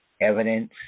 evidence